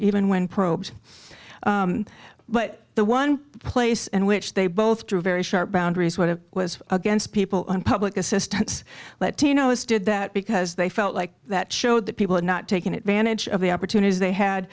even when probs but the one place and which they both grew very sharp boundaries what it was against people on public assistance but tino's did that because they felt like that showed that people had not taken advantage of the opportunities they had